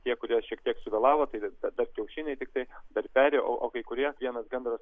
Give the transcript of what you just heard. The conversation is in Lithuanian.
tie kurie šiek tiek suvėlavo tai dar dar kiaušiniai tiktai dar peri o kai kurie vienas gandras